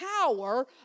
power